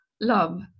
love